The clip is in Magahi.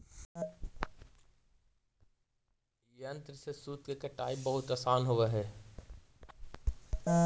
ई यन्त्र से सूत के कताई बहुत आसान होवऽ हई